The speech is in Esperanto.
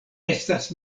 estas